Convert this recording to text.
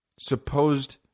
supposed